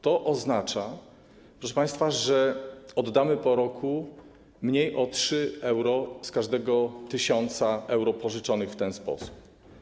To oznacza, proszę państwa, że oddamy po roku mniej o 3 euro z każdego 1 tys. euro pożyczonego w ten sposób.